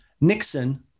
Nixon